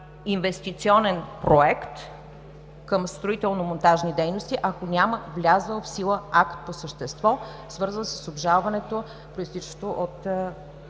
инвестиционен проект, към строително-монтажни дейности, ако няма влязъл в сила акт по същество, свързан с обжалването, произтичащо от